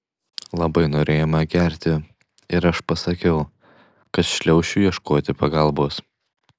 labai norėjome gerti ir aš pasakiau kad šliaušiu ieškoti pagalbos